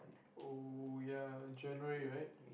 oh ya January right